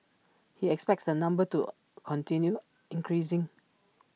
he expects the number to continue increasing